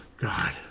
god